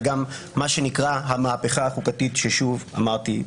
וגם מה שנקרא המהפכה החוקתית כפי שאמרתי,